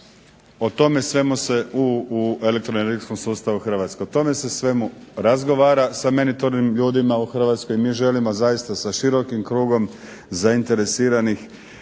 O tome svemu se u elektroenergetskom sustavu Hrvatske, o tome se svemu razgovara sa meritornim ljudima u Hrvatskoj. Mi želimo zaista sa širokim krugom zainteresiranih